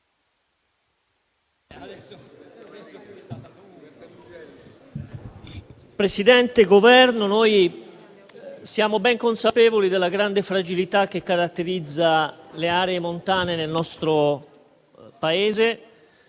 del Governo, ben consapevoli della grande fragilità che caratterizza le aree montane nel nostro Paese,